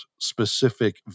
specific